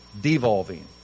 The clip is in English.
devolving